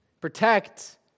Protect